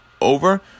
over